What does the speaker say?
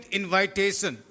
invitation